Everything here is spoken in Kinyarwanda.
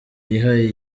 yihaye